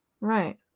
Right